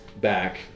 back